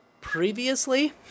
previously